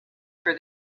for